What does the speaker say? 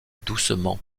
doucement